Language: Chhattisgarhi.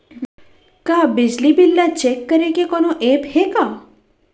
का बिजली बिल ल चेक करे के कोनो ऐप्प हे का?